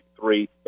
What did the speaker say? three